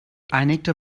einigte